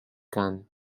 gun